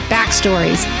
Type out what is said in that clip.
Backstories